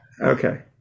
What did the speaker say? Okay